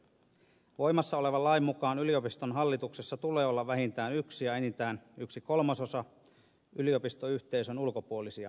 voimassa olevan lain mukaan yliopiston hallituksessa tulee olla vähintään yksi ja enintään yksi kolmasosa yliopistoyhteisön ulkopuolisia jäseniä